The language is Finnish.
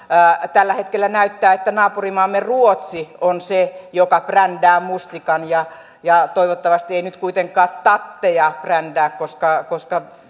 tällä hetkellä näyttää että naapurimaamme ruotsi on se joka brändää mustikan ja ja toivottavasti ei nyt kuitenkaan tatteja brändää koska koska